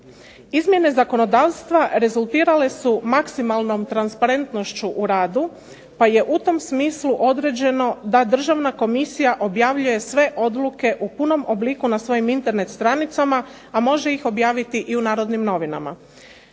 Izmjene zakonodavstava rezultirale su maksimalnom transparentnošću u radu pa je u tom smislu određeno da državna komisija objavljuje sve odluke u punom obliku na svojim internet stranicama, a može ih objaviti i u "Narodnim novinama".